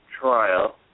trial